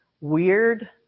weird